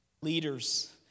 leaders